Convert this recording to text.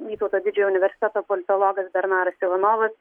vytauto didžiojo universiteto politologas bernaras ivanovas